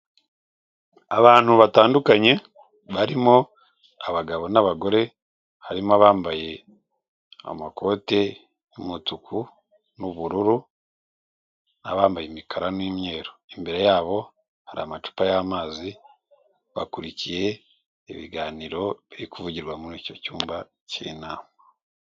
Abantu batandukanye barimo abagabo n'abagore, harimo abambaye amakote y'umutuku n'ubururu n'abambaye imikara n'imyeru, imbere yabo hari amacupa y'amazi, bakurikiye ibiganiro biri kuvugirwa muri icyo cyumba cy'inama.